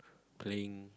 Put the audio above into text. playing